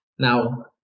Now